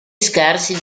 scarsi